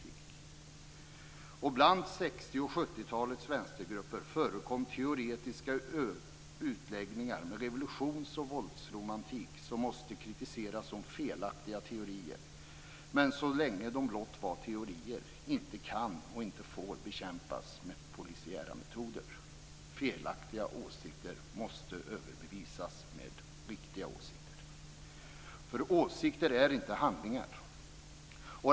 Bland 1960 och 1970-talens vänstergrupper förekom teoretiska utläggningar med revolutions och våldsromantik som måste kritiseras som felaktiga teorier, men så länge de blott var teorier inte kan och inte får bekämpas med polisiära metoder. Felaktiga åsikter måste överbevisas med riktiga åsikter. Åsikter är inte handlingar.